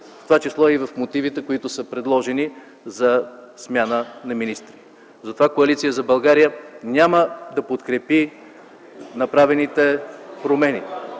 това число и в мотивите, които са предложени за смяна на министри. Затова Коалиция за България няма да подкрепи направените промени,